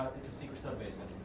it's a secret sub-basement.